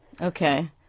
Okay